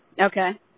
Okay